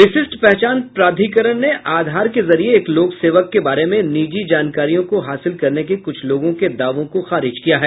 विशिष्ट पहचान प्राधिकरण ने आधार के जरिये एक लोकसेवक के बारे में निजी जानकारियों को हासिल करने के क्छ लोगों के दावों को खारिज किया है